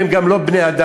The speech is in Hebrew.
והם גם לא בני-אדם,